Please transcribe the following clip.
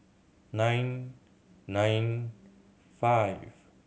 nine nine five